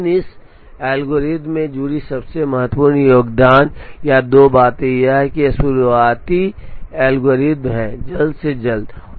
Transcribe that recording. लेकिन इस एल्गोरिथ्म से जुड़ी सबसे महत्वपूर्ण योगदान या दो बातें यह है कि यह बहुत शुरुआती एल्गोरिथम है जल्द से जल्द